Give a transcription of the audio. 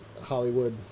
Hollywood